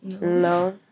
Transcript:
No